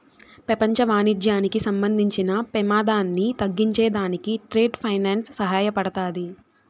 పెపంచ వాణిజ్యానికి సంబంధించిన పెమాదాన్ని తగ్గించే దానికి ట్రేడ్ ఫైనాన్స్ సహాయపడతాది